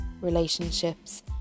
relationships